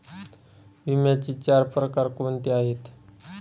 विम्याचे चार प्रकार कोणते आहेत?